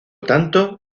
tanto